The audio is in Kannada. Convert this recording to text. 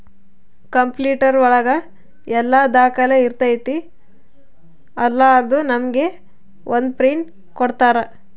ಕಂಪ್ಯೂಟರ್ ಒಳಗ ಎಲ್ಲ ದಾಖಲೆ ಇರ್ತೈತಿ ಅಲಾ ಅದು ನಮ್ಗೆ ಒಂದ್ ಪ್ರಿಂಟ್ ಕೊಡ್ತಾರ